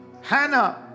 Hannah